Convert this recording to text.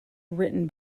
written